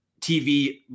TV